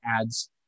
adds